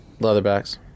Leatherbacks